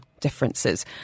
differences